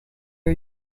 are